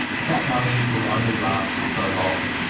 but that money will only last so long,